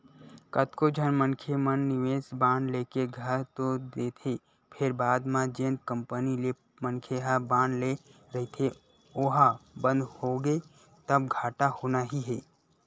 कतको झन मनखे मन निवेस बांड लेके कर तो देथे फेर बाद म जेन कंपनी ले मनखे ह बांड ले रहिथे ओहा बंद होगे तब घाटा होना ही हे